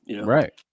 Right